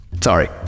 Sorry